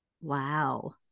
Wow